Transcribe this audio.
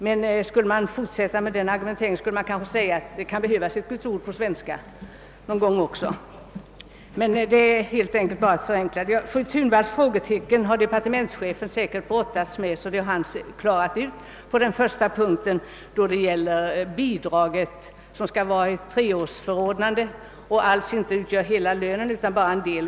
Men skall man fortsätta med den argumenteringen kunde man säga, att det kan behövas ett Guds ord på svenska någon gång också. Men det är helt enkelt bara att förenkla saken. Fru Thunvalls frågetecken har departementschefen säkert brottats med. Det har han säkert klarat ut på den första punkten, då det gäller bidraget som skall avse ett treårsförordnande och alls inte utgör hela lönen, utan bara en del.